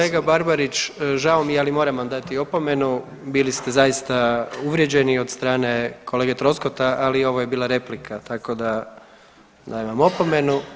Kolega Barbarić, žao mi je ali moram vam dati opomenu, bili ste zaista uvrijeđeni od strane kolege Troskota ali ovo je bila replika tako da dajem vam opomenu.